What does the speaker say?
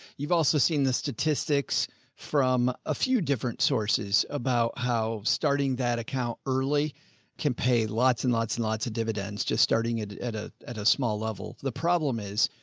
you've also seen the statistics from a few different sources about how starting that account early can pay lots and lots and lots of dividends just starting at at a, at a small level. the problem is.